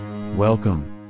Welcome